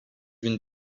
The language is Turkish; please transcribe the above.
bin